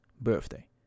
Birthday